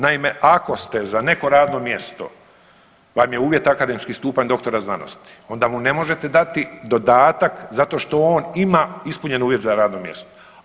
Naime, ako ste za neko radno mjesto, vam je uvjet akademski stupanj doktora znanosti, onda mu ne možete dati dodatak zato što on ima ispunjene uvjete za radno mjesto.